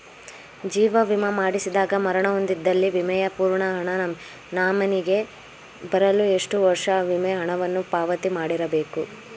ಜೀವ ವಿಮಾ ಮಾಡಿಸಿದಾಗ ಮರಣ ಹೊಂದಿದ್ದಲ್ಲಿ ವಿಮೆಯ ಪೂರ್ಣ ಹಣ ನಾಮಿನಿಗೆ ಬರಲು ಎಷ್ಟು ವರ್ಷ ವಿಮೆ ಹಣವನ್ನು ಪಾವತಿ ಮಾಡಿರಬೇಕು?